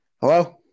Hello